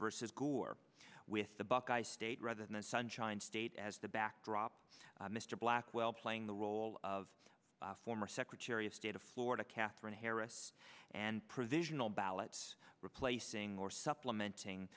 versus gore with the buckeye state rather than sunshine state as the backdrop mr blackwell playing the role of former secretary of state of florida katherine harris and provisional ballots replacing or supplementing